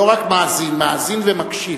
לא רק מאזין, מאזין ומקשיב,